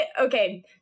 okay